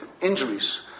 injuries